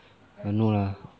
I don't know lah